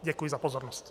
Děkuji za pozornost.